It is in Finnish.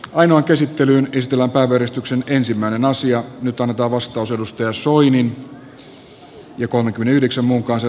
ainoa käsittelyyn ristola parrestoksen ensimmäinen asia nyt annetaan vastaus timo soinin ynnä muuta